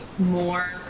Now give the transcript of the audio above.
more